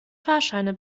fahrscheine